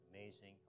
amazing